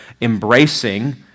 embracing